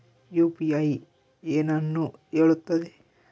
UPI ಏನನ್ನು ಹೇಳುತ್ತದೆ?